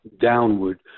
downward